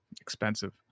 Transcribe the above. expensive